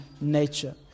nature